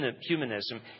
humanism